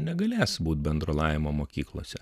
negalės būt bendro lavinimo mokyklose